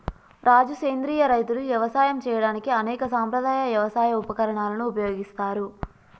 రాజు సెంద్రియ రైతులు యవసాయం సేయడానికి అనేక సాంప్రదాయ యవసాయ ఉపకరణాలను ఉపయోగిస్తారు